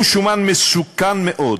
הוא שומן מסוכן מאוד,